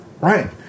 right